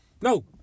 No